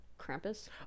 krampus